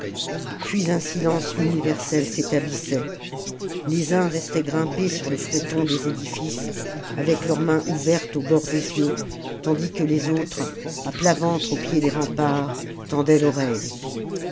puis un silence universel s'établissait les uns restaient grimpés sur le fronton des édifices avec leur main ouverte au bord des yeux tandis que les autres à plat ventre au pied des remparts tendaient foreille